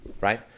right